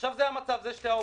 עכשיו זה המצב, יש שתי אופציות: